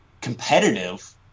competitive